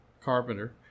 carpenter